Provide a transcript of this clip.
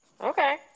Okay